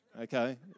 Okay